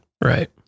Right